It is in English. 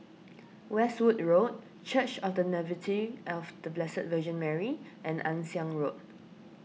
Westwood Road Church of the Nativity of the Blessed Virgin Mary and Ann Siang Road